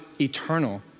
eternal